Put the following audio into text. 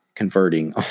Converting